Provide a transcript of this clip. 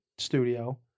studio